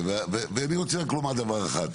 אני רוצה לומר רק דבר אחד,